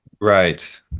right